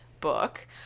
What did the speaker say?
book